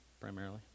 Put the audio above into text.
primarily